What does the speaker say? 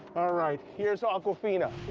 ah right, here's awkwafina.